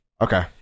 Okay